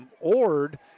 Ord